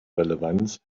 relevanz